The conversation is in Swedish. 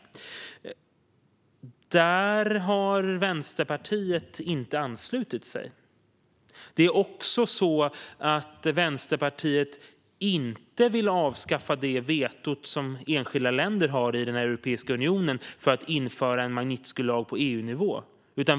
Till detta har Vänsterpartiet inte anslutit sig. Vänsterpartiet vill heller inte avskaffa det veto som enskilda länder i Europeiska unionen har för att införa en Magnitskijlag på EU-nivå.